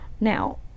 Now